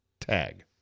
tag